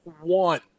one